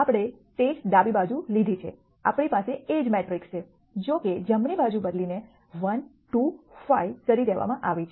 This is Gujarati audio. આપણે તે જ ડાબી બાજુ લીધી છે આપણી પાસે એ જ મેટ્રિક્સ છે જો કે જમણી બાજુ બદલી ને 1 2 5 કરી દેવામાં આવી છે